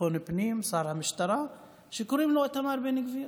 ביטחון פנים, שר המשטרה שקוראים לו איתמר בן גביר.